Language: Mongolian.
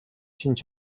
шинж